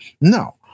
No